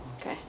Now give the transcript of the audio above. Okay